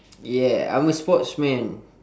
yeah I'm a sportsman